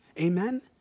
amen